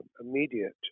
immediate